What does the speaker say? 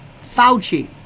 Fauci